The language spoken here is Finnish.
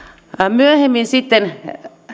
myöhemmin sitten